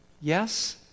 Yes